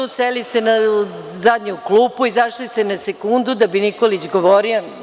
Seli ste na zadnju klupu, izašli ste na sekundu da bi Nikolić govorio.